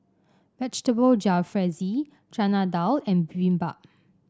Vegetable Jalfrezi Chana Dal and Bibimbap